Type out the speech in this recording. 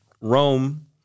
Rome